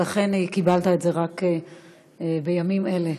ולכן קיבלת את זה רק בימים אלה.